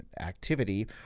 activity